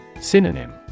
Synonym